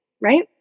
right